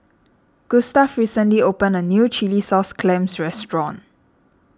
Gustav recently opened a new Chilli Sauce Clams Restaurant